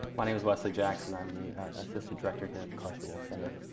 my name is wesley jacks and i'm the assistant director here at the carsey-wolf center.